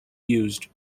used